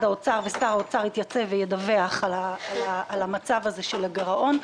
האוצר ושר האוצר התייצב וידווח על המצב הזה של הגרעון,